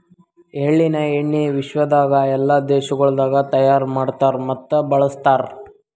ಎಳ್ಳಿನ ಎಣ್ಣಿ ವಿಶ್ವದಾಗ್ ಎಲ್ಲಾ ದೇಶಗೊಳ್ದಾಗ್ ತೈಯಾರ್ ಮಾಡ್ತಾರ್ ಮತ್ತ ಬಳ್ಸತಾರ್